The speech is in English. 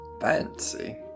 Fancy